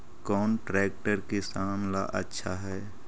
कौन ट्रैक्टर किसान ला आछा है?